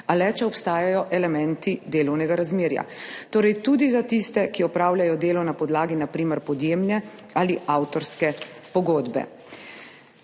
a le, če obstajajo elementi delovnega razmerja, torej tudi za tiste, ki opravljajo delo na podlagi na primer podjemne ali avtorske pogodbe.